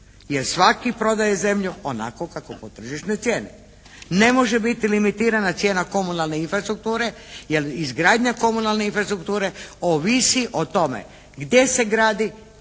svatko prodaje zemlju onako kako je po tržišnoj cijeni. Ne može biti limitirana cijena komunalne infrastrukture jer izgradnja komunalne infrastrukture ovisi o tome gdje se gradi,